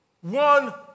one